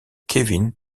kevin